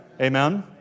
Amen